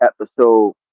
episode